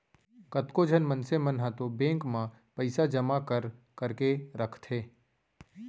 कतको झन मनसे मन ह तो बेंक म पइसा जमा कर करके रखथे